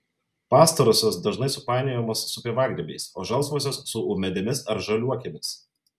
pastarosios dažnai supainiojamos su pievagrybiais o žalsvosios su ūmėdėmis ar žaliuokėmis